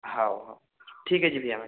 हओ हओ ठीक है जी भैया